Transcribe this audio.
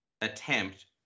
attempt